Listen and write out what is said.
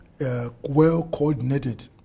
well-coordinated